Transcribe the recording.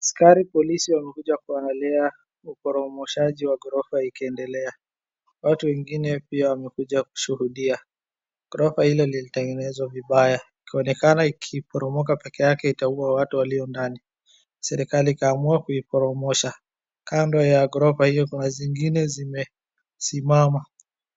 Askari polisi wamekuja kuangalia uporomoshaji wa gorofa ikiedelea. Watu wengine pia wamekuja kushuhudia. Gorofa ile lilitegenezwa vibaya, ikionekana ikiporomoka pekeake itaua watu walio ndani. Serikali ikaamua kuiporomosha. Kando ya gorofa hio kuna zingine zimesimama.